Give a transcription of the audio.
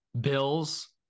Bills